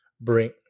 bring